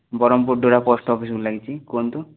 ବ୍ରହ୍ମପୁର ଡୋରା ପୋଷ୍ଟ ଅଫିସକୁ ଲାଗିଛି କୁହନ୍ତୁ